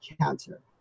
cancer